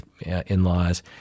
in-laws